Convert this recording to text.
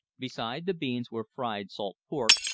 besides the beans were fried salt pork,